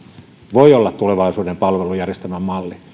voi olla tulevaisuuden palvelujärjestelmän malli